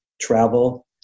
travel